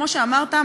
כמו שאמרת,